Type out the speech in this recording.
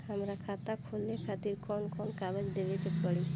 हमार खाता खोले खातिर कौन कौन कागज देवे के पड़ी?